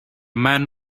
men